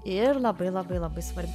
ir labai labai labai svarbiu